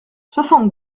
soixante